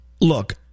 look